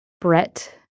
Brett